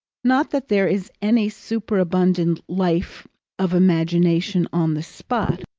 not that there is any superabundant life of imagination on the spot,